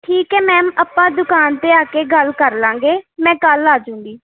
ਠੀਕ ਹੈ ਮੈਮ ਆਪਾਂ ਦੁਕਾਨ 'ਤੇ ਆ ਕੇ ਗੱਲ ਕਰ ਲਵਾਂਗੇ ਮੈਂ ਕੱਲ੍ਹ ਆ ਜੂੰਗੀ